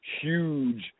huge